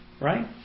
Right